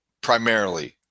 primarily